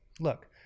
look